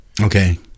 Okay